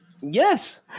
Yes